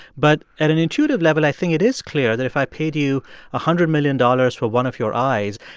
but at an intuitive level, i think it is clear that if i paid you one ah hundred million dollars for one of your eyes,